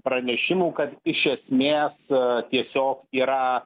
pranešimų kad iš esmės tiesiog yra